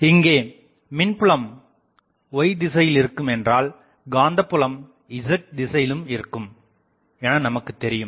இங்கே மின்புலம் y திசையில் இருக்கும் என்றால் காந்த புலம் z திசையிலும் இருக்கும் என நமக்குத் தெரியும்